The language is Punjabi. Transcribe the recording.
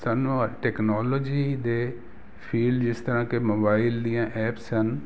ਸਾਨੂੰ ਟੈਕਨੋਲੋਜੀ ਦੇ ਫੀਲਡ ਜਿਸ ਤਰ੍ਹਾਂ ਕਿ ਮੋਬਾਈਲ ਦੀਆਂ ਐਪਸ ਹਨ